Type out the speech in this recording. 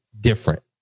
different